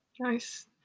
Nice